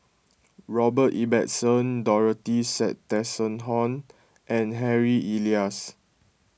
Robert Ibbetson Dorothy Tessensohn and Harry Elias